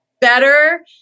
better